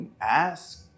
ask